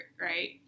right